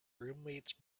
roommate’s